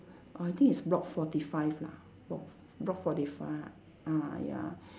I think it's block forty five lah block block forty five ah ya